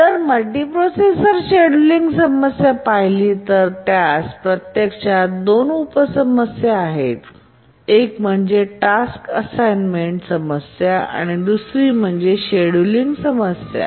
जर multiprocessor scheduling समस्या पाहिली तर प्रत्यक्षात २ उप समस्या आहेत एक म्हणजे टास्क असाईनमेंट समस्या आणि दुसरी म्हणजे शेड्यूलिंग समस्या